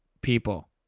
people